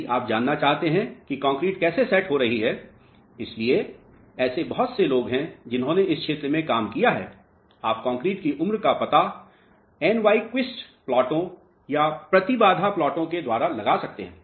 यदि आप जानना चाहते हैं कि कंक्रीट कैसे सैट हो रही हैं इसलिए ऐसे बहुत से लोग हैं जिन्होंने इस क्षेत्र में काम किया है आप कंक्रीट की उम्र का पता Nyquist प्लॉटों या प्रतिबाधा प्लॉटों के द्वारा लगा सकते हैं